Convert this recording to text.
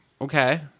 Okay